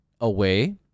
away